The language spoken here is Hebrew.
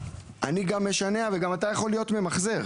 אני גם משנע, וגם אתה יכול להיות ממחזר.